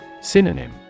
Synonym